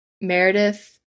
meredith